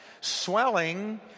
Swelling